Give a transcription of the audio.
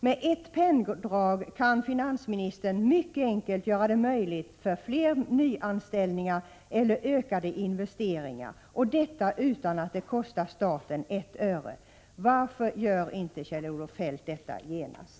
Med ett penndrag kan finansministern mycket enkelt möjliggöra fler nyanställningar eller ökade investeringar, och detta utan att det kostar staten ett öre. Varför gör inte Kjell-Olof Feldt detta genast?